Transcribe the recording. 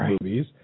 movies